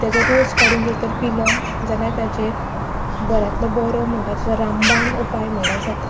तेजो रोस काडून जर तर पिलो जाल्यार ताजेर बऱ्यांतलो बरो म्हणटा तसो रामबाण उपाय म्हणल्यार जाता